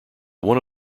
one